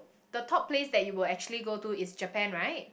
the top place that you would actually go to is Japan right